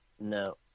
no